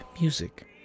music